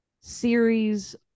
series